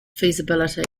feasibility